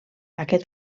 aquest